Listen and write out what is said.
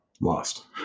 lost